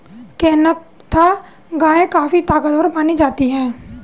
केंकथा गाय काफी ताकतवर मानी जाती है